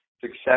success